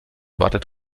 wartet